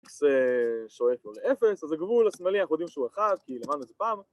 זה שואף לו לאפס, אז הגבול השמאלי אנחנו יודעים שהוא 1 כי למדנו את זה פעם